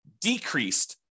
decreased